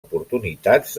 oportunitats